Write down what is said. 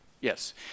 yes